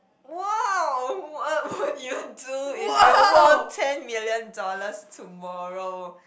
!wow! what what would you do if you won ten million dollars tomorrow